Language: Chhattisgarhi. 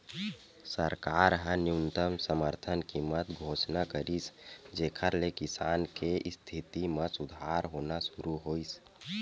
सरकार ह न्यूनतम समरथन कीमत घोसना करिस जेखर ले किसान के इस्थिति म सुधार होना सुरू होइस